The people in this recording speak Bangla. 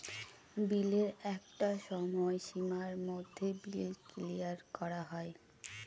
বিলের একটা সময় সীমার মধ্যে বিল ক্লিয়ার করা হয়